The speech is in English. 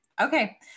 Okay